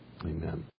Amen